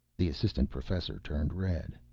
the assistant professor turned red.